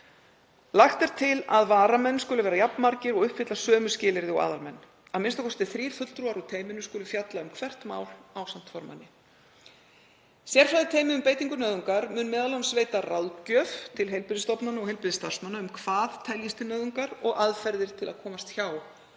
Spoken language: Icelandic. Lagt er til að varamenn skuli vera jafnmargir og uppfylla sömu skilyrði og aðalmenn. Minnst þrír fulltrúar úr teyminu skulu fjalla um hvert mál ásamt formanni. Sérfræðiteymi um beitingu nauðungar mun m.a. veita ráðgjöf til heilbrigðisstofnana og heilbrigðisstarfsmanna um hvað teljist til nauðungar og aðferðir til að komast hjá